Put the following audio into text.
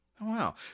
Wow